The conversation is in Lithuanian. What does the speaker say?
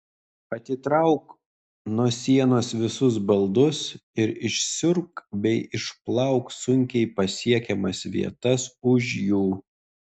atitrauk nuo sienos visus baldus ir išsiurbk bei išplauk sunkiai pasiekiamas vietas už jų